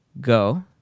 go